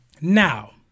Now